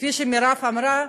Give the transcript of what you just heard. כפי שמירב אמרה,